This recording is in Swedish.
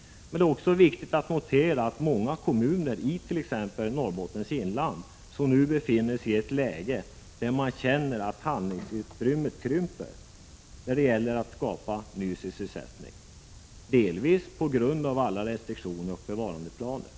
Men det är också viktigt att notera att många kommuner t.ex. Norrbottens inland nu befinner sig i ett läge där de känner att handlingsutrymmet för att skapa ny sysselsättning krymper på grund av alla restriktioner och bevarandeplaner.